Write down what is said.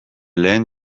lehen